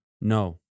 No